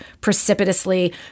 precipitously